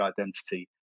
identity